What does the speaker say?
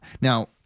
Now